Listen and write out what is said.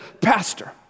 Pastor